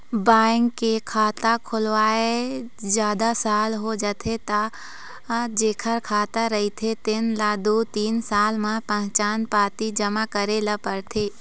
bank के खाता खोलवाए जादा साल हो जाथे त जेखर खाता रहिथे तेन ल दू तीन साल म पहचान पाती जमा करे ल परथे